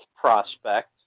prospect